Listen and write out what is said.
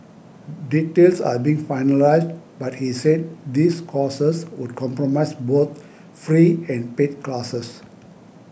details are being finalised but he said these courses would compromise both free and paid classes